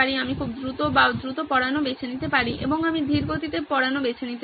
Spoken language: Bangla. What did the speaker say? আমি খুব দ্রুত বা দ্রুত পড়ানো বেছে নিতে পারি এবং আমি ধীর গতিতে পড়ানো বেছে নিতে পারি